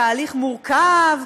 תהליך מורכב.